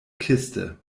kiste